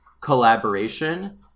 collaboration